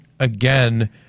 Again